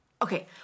Okay